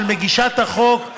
של מגישת החוק,